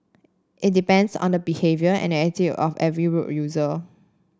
it depends on the behaviour and attitude of every road user